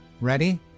Ready